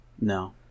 No